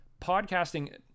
podcasting